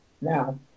now